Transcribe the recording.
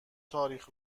تاریخ